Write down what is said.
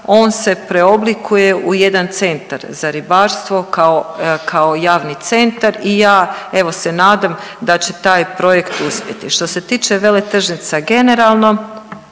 on se preoblikuje u jedan centar za ribarstvo kao, kao javni centar i ja evo se nadam da će taj projekt uspjeti. Što se tiče veletržnica generalno,